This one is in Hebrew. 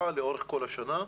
ארוכה לאורך כל השנה.